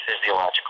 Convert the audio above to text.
physiological